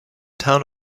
town